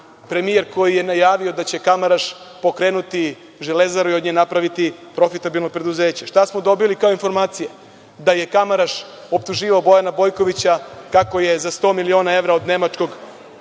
premijer koji je najavio da će Kamaraš pokrenuti „Železaru“ i od nje napraviti profitabilno preduzeće. Šta smo dobili kao informacije, da je Kamaraš optuživao Bojana Bojkovića kako je za 100 miliona evra od nemačkog